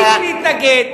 עליתי להתנגד.